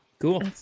cool